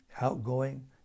outgoing